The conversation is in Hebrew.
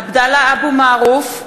עבדאללה אבו מערוף,